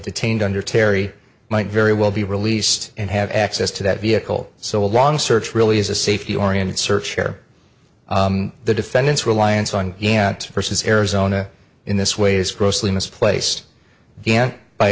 detained under terry might very well be released and have access to that vehicle so long search really is a safety oriented search here the defendant's reliance on aunt versus arizona in this way is grossly misplaced